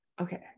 Okay